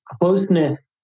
closeness